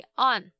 on